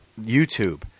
YouTube